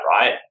right